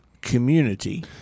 community